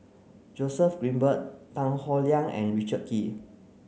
Joseph Grimberg Tan Howe Liang and Richard Kee